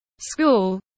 School